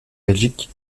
belgique